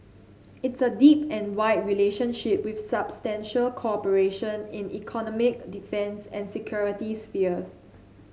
it's a deep and wide relationship with substantial cooperation in economic defence and security spheres